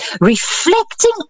reflecting